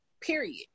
period